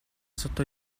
sotto